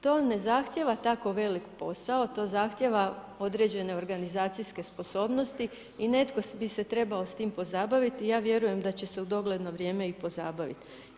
To ne zahtjeva tako veliki posao, to zahtjeva određene organizacijske sposobnosti i netko bi se s tim trebao pozabaviti i ja vjerujem da će se u dogledno vrijeme i pozabaviti.